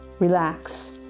Relax